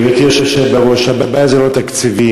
גברתי היושבת בראש, הבעיה זה לא תקציבים,